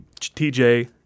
TJ